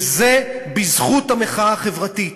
וזה בזכות המחאה החברתית.